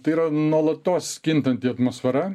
tai yra nuolatos kintanti atmosfera